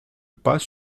pas